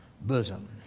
bosom